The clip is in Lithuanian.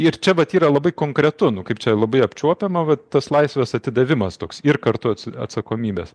ir čia vat yra labai konkretu nu kaip čia labai apčiuopiama va tas laisvės atidavimas toks ir kartu atsakomybės